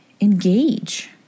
engage